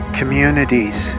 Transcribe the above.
Communities